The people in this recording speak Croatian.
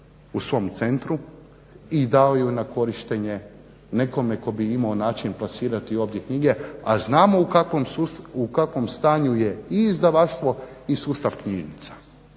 u svom centru i dao ju na korištenje nekome tko bi imao način plasirati obje knjige, a znamo u kakvom je stanju i izdavaštvo i sustav knjižnica.